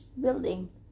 building